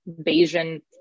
Bayesian